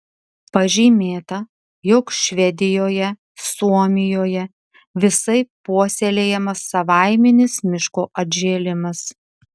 pažymėta jog švedijoje suomijoje visaip puoselėjamas savaiminis miško atžėlimas